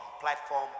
platform